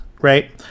right